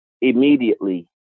immediately